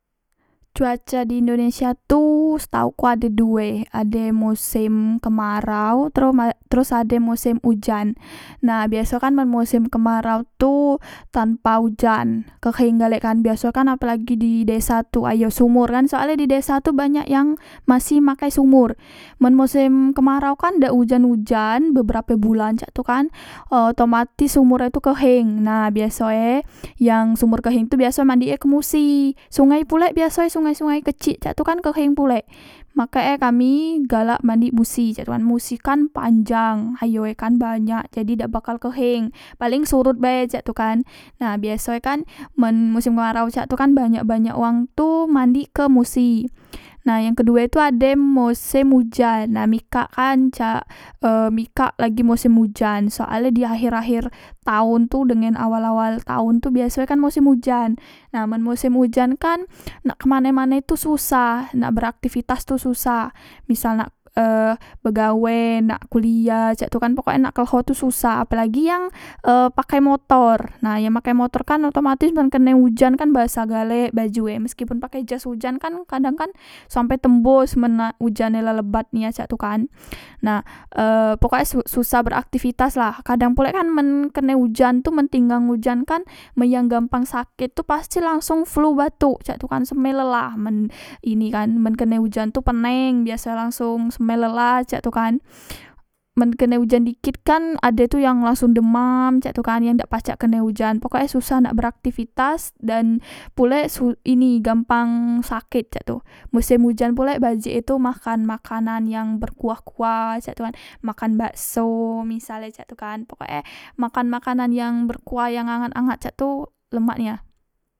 Cuaca di indonesia tu setauku ade due ade mosem kemarau teros ade mosem ujan nah biaso kan men mosem kemarau tu tanpa ujan keheng galek kan biasoe kan apelagi di desa tu ayo sumur kan soale di desa tu banyak yang masih makai sumur men mosem kemarau kan dak ujan ujan beberape bulan cak tu kan e otomatis sumur e tu keheng nah biasoe yang sumur keheng tu mandik e ke musi sungai pulek biaso e sungai sungai kecik cak tu kan keheng pulek makek e kami galak mandi musi cek tu kan musi kan panjang ayo e kan banyak jadi dak bakal keheng paleng surut bae cak tu kan nah biaso e kan men musim kemarau cak tu kan banyak banyak wang tu mandik ke musi nah yang kedue tu ade mosem ujan na mikak kan cak e mikak lagi mosem ujan soale di akher akher taon tu dengen awal awal tahon tu biaso e kan mosem ujan nah men mosem ujan kan nak kemane mane tu susah nak beraktivitas tu susah misal nak e begawe nak kuliah cak tu kan pokok e nak kleho tu susah apelagi yang e pakai motor nah yang pakai motor kan otomatis men kene ujan kan basah galek bajue meskipun pake jas hujan kan kadang kan sampe tembos men la ujan e la lebat nian cak tu kan nah e pokok e susah beraktivitas lah kadang pulek kan men kene ujan tu men tinggang ujan kan men yang gampang saket tu pasti langsong flu batok cak tu kan seme lela men ini kan men kene ujan tu peneng biaso langsong same lelah cak tu kan men kene ujan dikit kan ade tu yang langsong demam tu kan yang dak pacak kene ujan pokoke susah nak beraktivitas dan pulek ini gampang saket cak tu mosem ujan pulek bajek e tu makan makanan yang berkuah kuah cak tu kan makan bakso misale cak tu kan pokok e makan makanan yang berkuah yang angat angat cak tu lemak nia